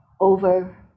over